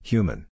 Human